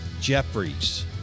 Jeffries